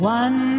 one